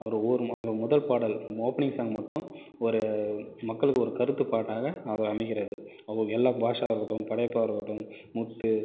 அவர் ஒரு அவர் முதல் பாடல் அந்த ஓபனிங் சாங் மட்டும் ஒரு மக்களுக்கு ஒரு கருத்துப் பாட்டாக அதில் அமைகிறது அவர் எல்லா பாட்ஷாவாக இருக்கட்டும் படையப்பாவாக இருக்கட்டும் முத்து